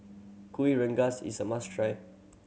Kuih Rengas is a must try